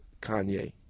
Kanye